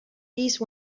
these